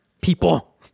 people